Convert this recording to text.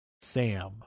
Sam